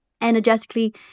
energetically